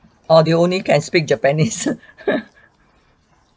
err they only can speak japanese